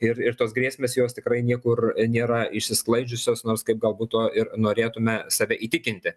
tos grėsmės jos tikrai niekur nėra išsisklaidžiusios nors kaip galbūt tuo ir norėtume save įtikinti